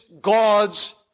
God's